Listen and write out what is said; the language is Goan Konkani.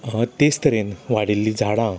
तेंच तरेन वाडिल्ली झाडां